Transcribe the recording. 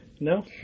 No